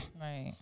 Right